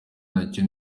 nacyo